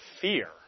fear